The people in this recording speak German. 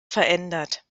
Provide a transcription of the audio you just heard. verändert